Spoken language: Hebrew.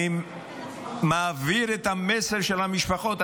אני מעביר את המסר של המשפחות.